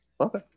Okay